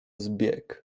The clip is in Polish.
zbieg